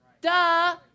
duh